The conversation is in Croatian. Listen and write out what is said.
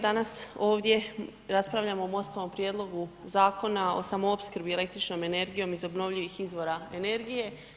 Danas ovdje raspravljamo o MOST-ovom Prijedlogu zakona o samoopskrbi električnom energijom iz obnovljivih izvora energije.